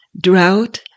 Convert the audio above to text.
drought